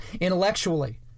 intellectually